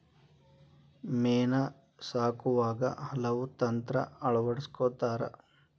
ಮೇನಾ ಸಾಕುವಾಗ ಹಲವು ತಂತ್ರಾ ಅಳವಡಸ್ಕೊತಾರ